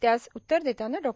त्यास उत्तर देताना डॉ